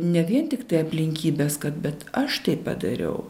ne vien tiktai aplinkybės kad bet aš tai padariau